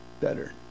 Better